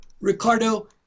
Ricardo